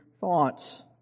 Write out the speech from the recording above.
thoughts